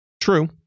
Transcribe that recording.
True